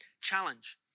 challenge